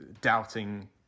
doubting